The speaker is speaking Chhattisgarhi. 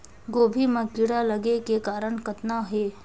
गोभी म कीड़ा लगे के कारण कतना हे?